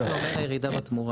מה זה אומר הירידה בתמחרה?